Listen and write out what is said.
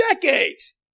decades